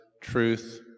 truth